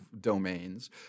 domains